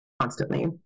Constantly